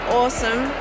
awesome